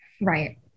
Right